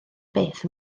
beth